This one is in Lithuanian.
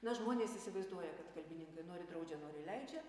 na žmonės įsivaizduoja kad kalbininkai nori draudžia nori leidžia